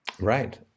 Right